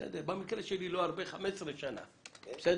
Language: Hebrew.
אני במקרה 15 שנה בכנסת,